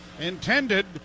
intended